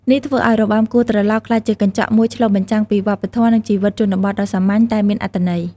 នេះធ្វើឱ្យរបាំគោះត្រឡោកក្លាយជាកញ្ចក់មួយឆ្លុះបញ្ចាំងពីវប្បធម៌ និងជីវិតជនបទដ៏សាមញ្ញ តែមានអត្ថន័យ។